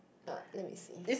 uh let me see